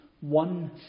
one